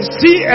see